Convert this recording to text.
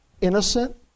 innocent